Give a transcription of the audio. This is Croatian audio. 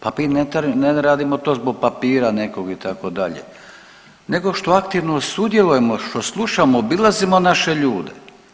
Pa ne radimo to zbog papira nekog, itd. nego što aktivno sudjelujemo, što slušamo, obilazimo naše ljude.